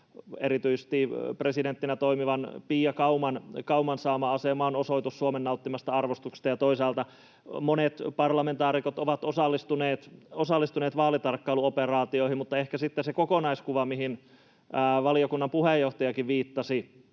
Erityisesti presidenttinä toimivan Pia Kauman saama asema on osoitus Suomen nauttimasta arvostuksesta, ja toisaalta monet parlamentaarikot ovat osallistuneet vaalitarkkailuoperaatioihin. Mutta ehkä sitten on se kokonaiskuva, mihin valiokunnan puheenjohtajakin viittasi,